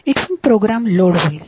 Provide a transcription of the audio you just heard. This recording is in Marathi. इथून प्रोग्राम लोड होईल